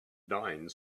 dying